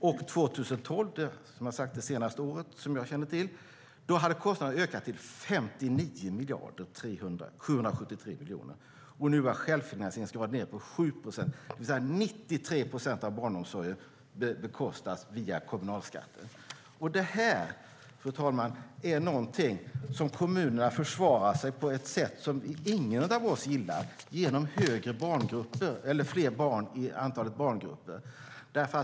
År 2012, det senaste året som jag känner till, hade kostnaderna ökat till 59 773 000 000. Nu var självfinansieringsgraden nere på 7 procent, det vill säga 93 procent av barnomsorgen bekostades via kommunalskatten. Det här, fru talman, möter kommunerna på ett sätt som ingen av oss gillar, nämligen genom större barngrupper.